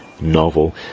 novel